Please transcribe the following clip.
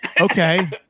okay